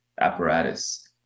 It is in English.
apparatus